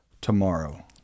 tomorrow